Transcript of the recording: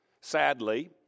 sadly